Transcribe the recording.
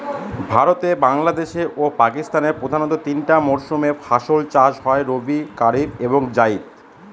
ভারতে বাংলাদেশে ও পাকিস্তানে প্রধানত তিনটা মরসুমে ফাসল চাষ হয় রবি কারিফ এবং জাইদ